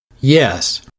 Yes